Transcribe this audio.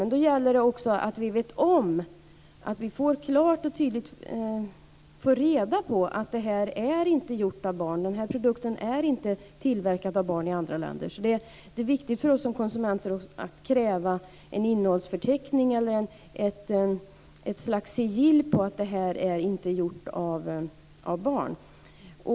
Men då gäller det också att vi klart och tydligt får reda på att produkterna i fråga inte är tillverkade av barn i andra länder. Det är viktigt för oss konsumenter att kräva en innnehållsförteckning eller ett slags sigill på att produkterna i fråga inte är tillverkade av barn.